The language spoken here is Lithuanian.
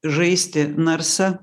žaisti narsa